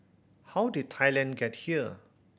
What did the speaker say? how did Thailand get here